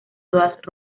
todas